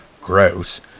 gross